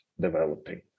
developing